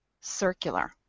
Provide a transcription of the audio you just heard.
circular